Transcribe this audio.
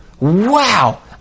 wow